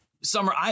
Summer